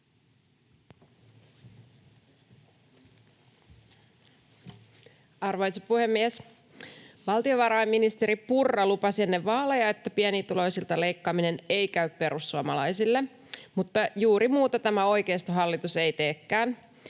Arvoisa puhemies! Valtiovarainministeri Purra lupasi ennen vaaleja, että pienituloisilta leikkaaminen ei käy perussuomalaisille, mutta juuri muuta tämä oikeistohallitus ei teekään.